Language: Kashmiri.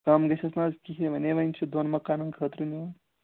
کَم گژھٮ۪س نہٕ حظ کِہیٖنٛۍ وَنے وۄنۍ چھِ دۄن مکانَن خٲطرٕ نیُن